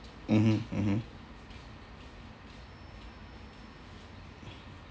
mmhmm mmhmm